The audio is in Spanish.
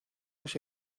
los